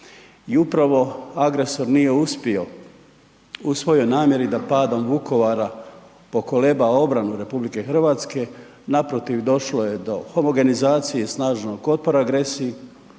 i upravo agresor nije uspio u svojoj namjeri da padom Vukovara pokoleba obranu RH. Naprotiv, došlo je do homogenizacije i snažnog otpora agresiji